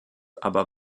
aber